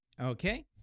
okay